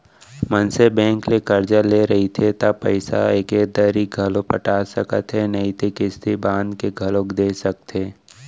मनसे बेंक ले करजा ले रहिथे त पइसा एके दरी घलौ पटा सकत हे नइते किस्ती बांध के घलोक दे सकथे